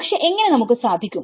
പക്ഷെ എങ്ങനെ നമുക്ക് സാധിക്കും